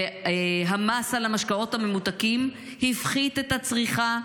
והמס על המשקאות הממותקים הפחית את הצריכה.